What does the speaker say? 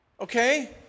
Okay